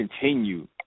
continue